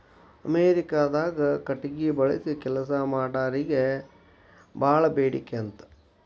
ಅಮೇರಿಕಾದಾಗ ಕಟಗಿ ಬಳಸಿ ಕೆಲಸಾ ಮಾಡಾರಿಗೆ ಬಾಳ ಬೇಡಿಕೆ ಅಂತ